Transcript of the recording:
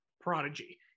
prodigy